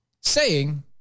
Saying-